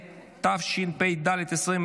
התשפ"ד 2024,